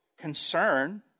concern